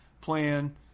plan